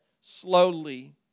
slowly